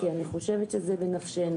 כי אני חושבת שזה בנפשנו.